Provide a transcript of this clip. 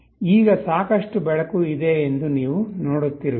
ಈಗ ಸಾಕಷ್ಟು ಬೆಳಕು ಇದೆ ಎಂದು ನೀವು ನೋಡುತ್ತಿರುವಿರಿ